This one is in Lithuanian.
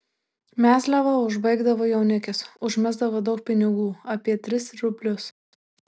mezliavą užbaigdavo jaunikis užmesdavo daug pinigų apie tris rublius